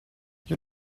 you